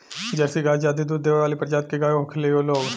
Jersey गाय ज्यादे दूध देवे वाली प्रजाति के गाय होखेली लोग